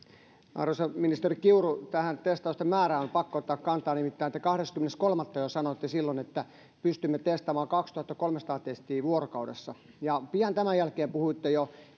arvoisa ministeri kiuru tähän testausten määrään on pakko ottaa kantaa nimittäin te jo kahdeskymmenes kolmatta sanoitte että pystymme testaamaan kaksituhattakolmesataa testiä vuorokaudessa pian tämän jälkeen puhuitte jo